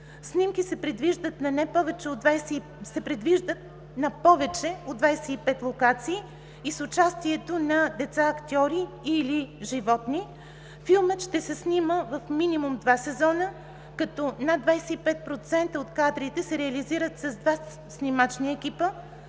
снимки се предвиждат на повече от 25 локации и с участието на деца-актьори и/или животни; филмът ще се снима в минимум два сезона, като над 25% от кадрите се реализират с два снимачни екипа;